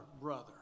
brother